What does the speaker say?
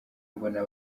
mbona